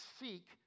seek